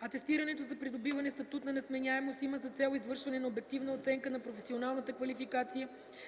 Атестирането за придобиване статут на несменяемост има за цел извършване на обективна оценка на професионалната квалификация